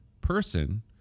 person